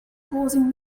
closing